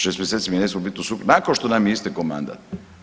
6 mjeseci mi ne smijemo biti u sukobu, nakon što nam je istekao mandat.